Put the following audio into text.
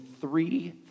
three